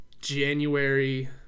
January